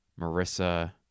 Marissa